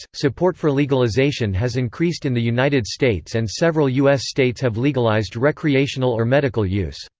support for legalization has increased in the united states and several u s. states have legalized recreational or medical use.